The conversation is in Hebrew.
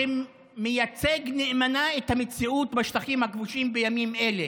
שמייצג נאמנה את המציאות בשטחים הכבושים בימים אלה,